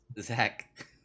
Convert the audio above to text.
Zach